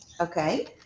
okay